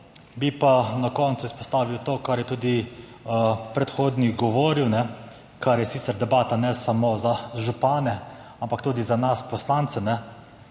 Bi pa na koncu izpostavil to, kar je tudi predhodnik govoril, kar je sicer debata ne samo za župane, ampak tudi za nas poslance,